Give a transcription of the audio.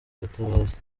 gatabazi